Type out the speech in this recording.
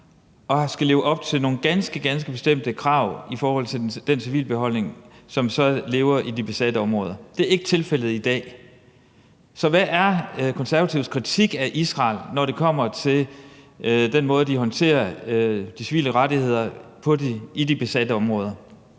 og skal leve op til nogle ganske, ganske bestemte krav i forhold til den civilbefolkning, som så lever i de besatte områder. Det er ikke tilfældet i dag. Så hvad er De Konservatives kritik af Israel, når det kommer til den måde, Israel håndterer de civile rettigheder i de besatte områder